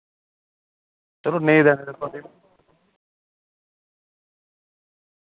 चलो